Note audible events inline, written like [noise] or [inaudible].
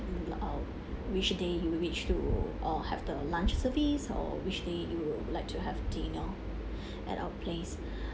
um which day you wish to uh have the lunch service or which day you would like to have dinner [breath] at our place [breath]